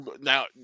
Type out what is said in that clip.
Now